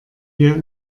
wir